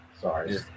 Sorry